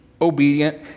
obedient